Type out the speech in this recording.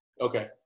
Okay